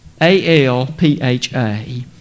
A-L-P-H-A